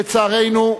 לצערנו,